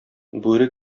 бүре